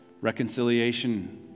reconciliation